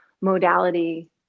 modality